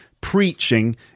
preaching